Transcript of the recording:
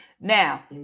Now